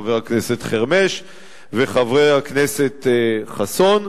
חבר הכנסת חרמש וחבר הכנסת חסון.